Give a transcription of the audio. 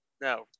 No